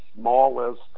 smallest